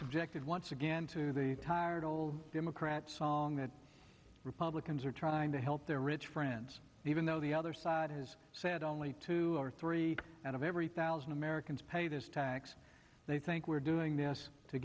subjected once again to the tired old democrat song that republicans are trying to help their rich friends even though the other side has said only two or three out of every thousand americans pay this tax they think we're doing this to